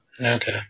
Okay